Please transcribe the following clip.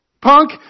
punk